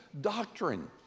doctrine